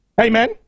Amen